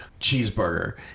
cheeseburger